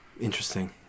Interesting